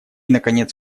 наконец